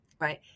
right